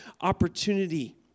opportunity